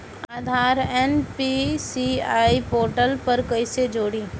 आधार NPCI portal पर कईसे जोड़ी?